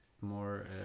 more